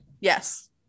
yes